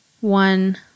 one